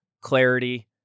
clarity